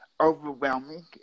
overwhelming